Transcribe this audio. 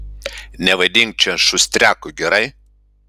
nevaidink čia šustriako gerai